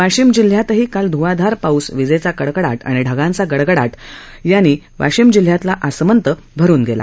वाशिम जिल्ह्यात काल ध्वांधार पाऊस विजेचा कडकडाट आणि ढगांचा गडगडाट यांनी वाशिम जिल्ह्यातील आसमंत भरून गेला